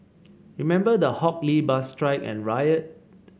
remember the Hock Lee bus strike and riot